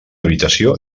habitació